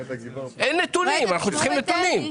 אין נתונים, אנחנו צריכים נתונים.